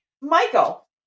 Michael